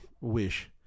wish